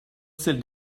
celles